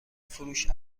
فروش